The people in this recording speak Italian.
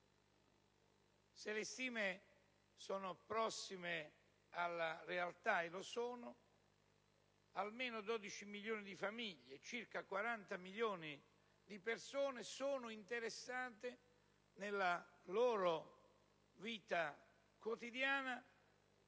Se le stime sono prossime alla realtà (e lo sono), almeno 12 milioni di famiglie - circa 40 milioni di persone - sono interessate nella loro vita quotidiana